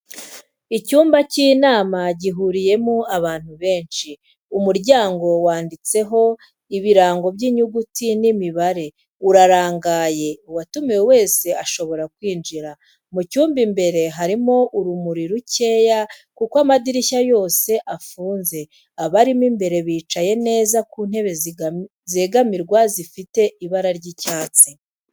Icyumba cy'inama gihuriyemo abantu benshi, umuryango wanditseho ibirango by'inyuguti n'imibare urarangaye uwatumiwe wese ashobora kwinjira, mu cyumba imbere harimo urumuri rukeya kuko amadirishya yose afunze abarimo imbere bicaye neza ku ntebe zegamirwa zifite ibara ry'icyatsi.